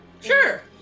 sure